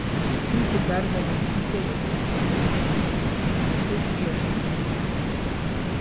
jūsų pergalė ginče jokios naudos neatneš veikiau priešą įsigysite